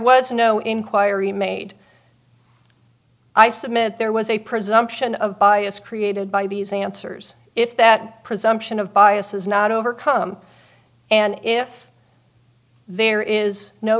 was no inquiry made i submit there was a presumption of bias created by these answers if that presumption of bias is not overcome and if there is no